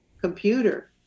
computer